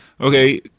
Okay